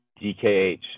DKH